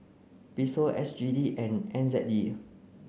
Peso S G D and N Z D